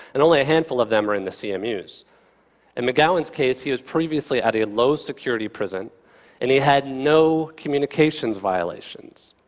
and only a handful of them are in the cmus. in mcgowan's case, he was previously at a low-security prison and he had no communications violations.